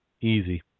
easy